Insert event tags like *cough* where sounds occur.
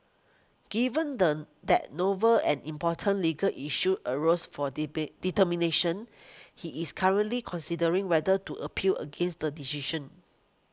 given the that novel and important legal issues arose for *unintelligible* determination he is currently considering whether to appeal against the decision